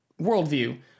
worldview